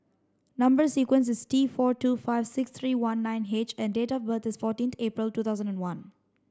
number sequence is T four two five six three one nine H and date of birth is fourteen April two thousand and one